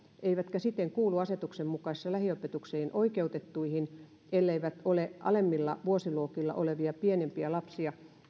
eivätkä siten kuulu asetuksen mukaisesti lähiopetukseen oikeutettuihin elleivät ole alemmilla vuosiluokilla olevia pienempiä lapsia